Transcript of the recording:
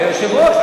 היושב-ראש,